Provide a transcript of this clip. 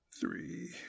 Three